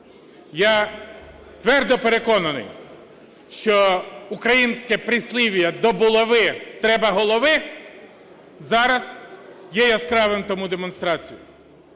Я твердо переконаний, що українське прислів'я "до булави треба голови" зараз є яскравим тому демонстрацією.